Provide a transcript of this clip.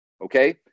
Okay